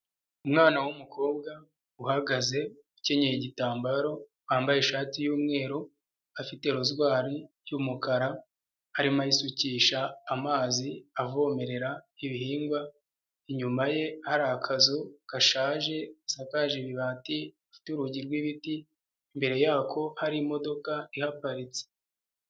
Umwana w'umukobwa uhagaze ukenye igitambaro wambaye ishati y'umweru afite rozwari y'umukara arimo ayisukisha amazi avomerera ibihingwa, inyuma ye hari akazu gashaje gasakaje, ibibati gafite urugi rw'ibiti, imbere yako hari imodoka ihaparitse.